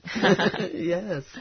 Yes